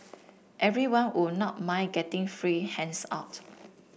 everyone would not mind getting free hands out